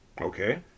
Okay